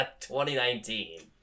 2019